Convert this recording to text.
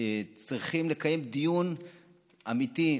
צריכים לקיים דיון אמיתי,